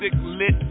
lit